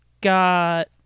got